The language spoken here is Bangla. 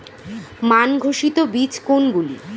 মান ঘোষিত বীজ কোনগুলি?